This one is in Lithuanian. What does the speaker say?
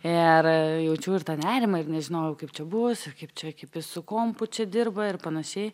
ir jaučiu ir tą nerimą ir nežinojau kaip čia bus ir kaip čia kaip jis su kompu čia dirba ir panašiai